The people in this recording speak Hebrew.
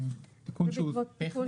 תיקון טכני?